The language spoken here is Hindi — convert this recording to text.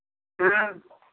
हाँ